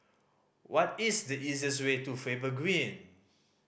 what is the easiest way to Faber Green